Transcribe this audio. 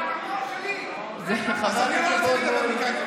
חבר הכנסת אבוטבול.